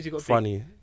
Funny